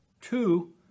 two